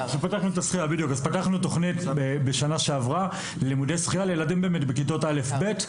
פתחנו תכנית בשנה שעברה של לימודי שחייה לילדים בכיתות א'-ב'.